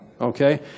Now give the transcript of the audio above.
Okay